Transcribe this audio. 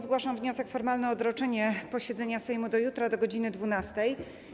Zgłaszam wniosek formalny o odroczenie posiedzenia Sejmu do jutra do godz. 12.